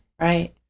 Right